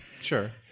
Sure